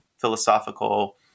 philosophical